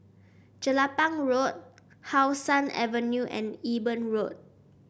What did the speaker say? Jelapang Road How Sun Avenue and Eben Road